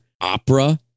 opera